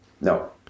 no